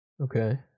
Okay